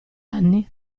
anni